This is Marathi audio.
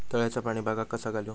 तळ्याचा पाणी बागाक कसा घालू?